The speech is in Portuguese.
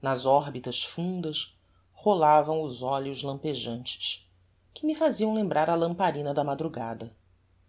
nas orbitas fundas rolavam os olhos lampejantes que me faziam lembrar a lamparina da madrugada